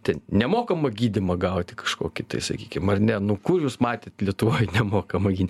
ten nemokamą gydymą gauti kažkokį tai sakykim ar ne nu kur jūs matėt lietuvoj nemokamą gy